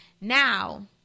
Now